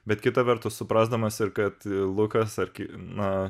bet kita vertus suprasdamas ir kad lukas ar na